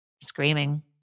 screaming